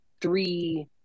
three